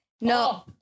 No